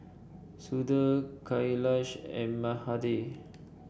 Sudhir Kailash and Mahade